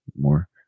more